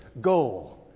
goal